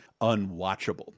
unwatchable